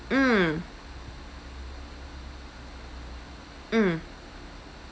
mm mm